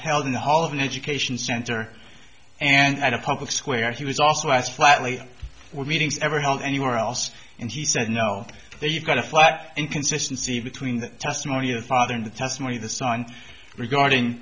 held in the hall of an education center and a public square he was also asked flatly were meetings ever held anywhere else and he said no they've got a flat inconsistency between the testimony of father and the testimony the sign regarding